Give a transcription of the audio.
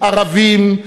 ערבים,